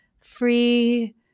free